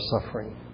suffering